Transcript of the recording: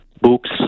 books